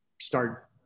start